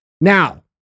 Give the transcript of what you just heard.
Now